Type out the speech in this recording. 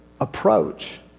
approach